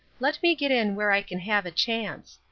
let me get in where i can have a chance.